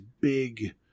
big